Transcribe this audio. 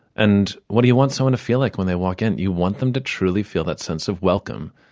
and what do you want someone to feel like when they walk in? you want them to truly feel that sense of welcome,